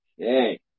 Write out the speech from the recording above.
Okay